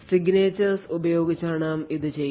signatures ഉപയോഗിച്ചാണ് ഇത് ചെയ്യുന്നത്